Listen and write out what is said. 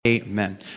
Amen